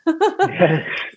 Yes